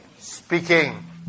Speaking